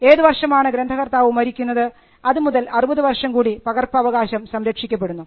ഏതു വർഷമാണ് ഗ്രന്ഥകർത്താവ് മരിക്കുന്നത് അതു മുതൽ 60 വർഷം കൂടി പകർപ്പവകാശം സംരക്ഷിക്കപ്പെടുന്നു